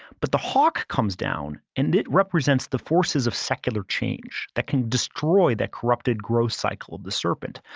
but the hawk comes down and it represents the forces of secular change that can destroy that corrupted gross cycle of the serpent.